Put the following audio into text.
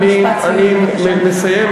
אני מסיים,